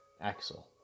Axel